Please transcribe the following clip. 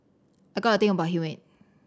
I got a thing about humid